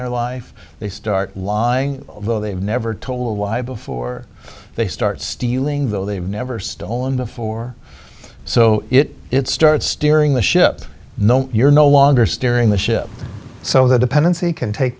their life they start lying although they've never told a lie before they start stealing though they've never stolen before so it starts steering the ship no you're no longer steering the ship so the dependency can take